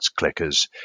clickers